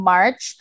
March